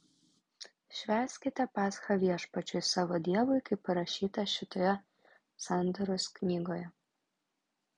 švęskite paschą viešpačiui savo dievui kaip parašyta šitoje sandoros knygoje